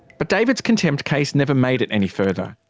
but david's contempt case never made it any further.